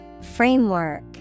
Framework